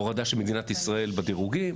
הורדה של מדינת ישראל בדירוגים,